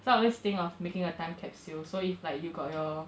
so I always think of making a time capsule so if like you got your